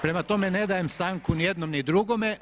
Prema tome ne dajem stanku ni jednom ni drugom.